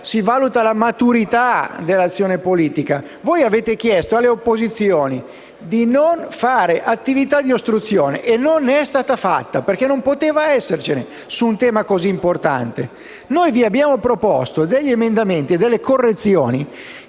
si valuta la maturità dell'azione politica. Avete chiesto alle opposizioni di non fare attività di ostruzione e non è stata fatta, perché non poteva essercene su un tema così importante. Vi abbiamo proposto correzioni